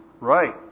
Right